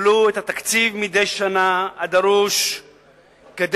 יקבלו את התקציב הדרוש מדי שנה,